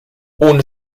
ohne